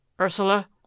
Ursula